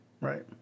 Right